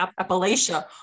Appalachia